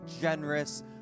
generous